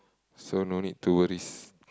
so no need to worries